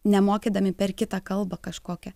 nemokydami per kitą kalbą kažkokią